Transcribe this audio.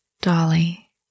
Dolly